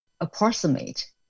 approximate